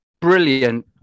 brilliant